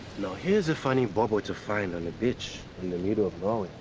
now, here's a funny bauble to find on a beach in the middle of nowhere!